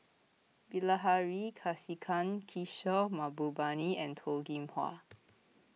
Bilahari Kausikan Kishore Mahbubani and Toh Kim Hwa